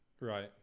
Right